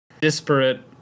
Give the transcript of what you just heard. disparate